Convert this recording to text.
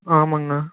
ஆமாங்கண்ணா